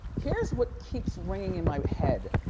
here's what keeps ringing in my head.